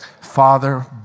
Father